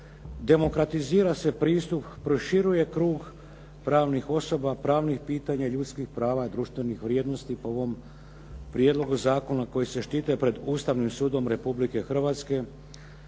Demokratizira se pristup, proširuje krug pravnih osoba, pravnih pitanja, ljudskih prava, društvenih vrijednosti po ovom prijedlogu zakona koji se štite pred Ustavnim sudom Republike Hrvatske